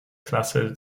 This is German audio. klasse